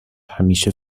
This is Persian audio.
همیشه